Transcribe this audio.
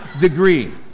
degree